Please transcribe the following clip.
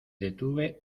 detuve